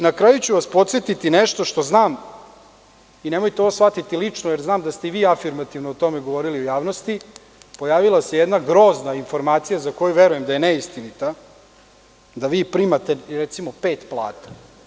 Na kraju ću vas podsetiti nešto što znam, nemojte ovo shvatiti lično, jer znam da ste i vi afirmativno o tome govorili u javnosti, pojavila se jedna grozna informacija za koju verujem da je neistinita, da vi primate, recimo 5 plata.